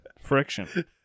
Friction